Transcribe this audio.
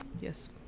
Yes